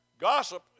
Gossip